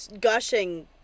gushing